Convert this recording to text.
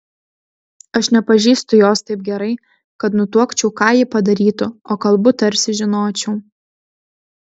aš nepažįstu jos taip gerai kad nutuokčiau ką ji padarytų o kalbu tarsi žinočiau